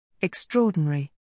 Extraordinary